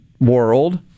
world